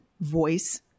voice